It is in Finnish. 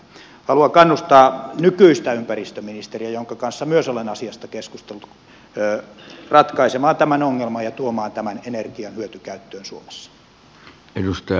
haluan kannustaa nykyistä ympäristöministeriä jonka kanssa myös olen asiasta keskustellut ratkaisemaan tämän ongelman ja tuomaan tämän energian hyötykäyttöön suomessa